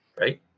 right